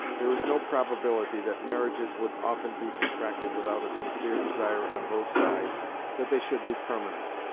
there is no probability that marriages would often be contracted without a sincere desire on both sides that they should be permanent.